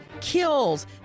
kills